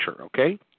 okay